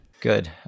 Good